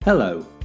Hello